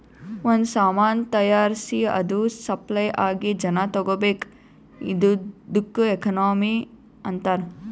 ಒಂದ್ ಸಾಮಾನ್ ತೈಯಾರ್ಸಿ ಅದು ಸಪ್ಲೈ ಆಗಿ ಜನಾ ತಗೋಬೇಕ್ ಇದ್ದುಕ್ ಎಕನಾಮಿ ಅಂತಾರ್